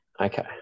Okay